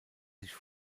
sich